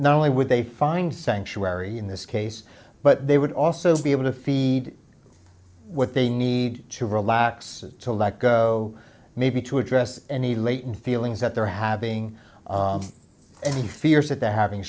not only would they find sanctuary in this case but they would also be able to feed what they need to relax to let go maybe to address any latent feelings that they're having any fears that they're having